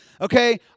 Okay